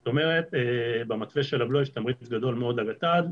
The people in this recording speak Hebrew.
זאת אומרת במתווה של הבלו יש תמריץ גדול מאוד על גט"ד.